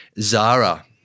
Zara